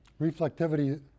reflectivity